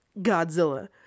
Godzilla